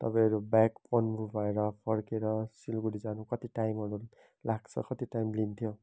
तपाईँहरू ब्याक पन्बू भएर फर्केर सिलगढी जानु कति टाइमहरू लाग्छ कति टाइम लिन्थ्यो